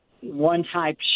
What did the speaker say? one-type